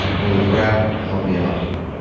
holy crap! help me out here.